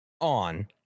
on